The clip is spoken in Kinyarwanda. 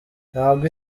ntabwo